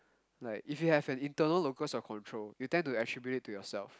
like if you have an internal locus of control you tend to attribute it to yourself